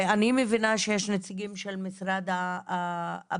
ואני מבינה שיש נציגים של משרד הבריאות.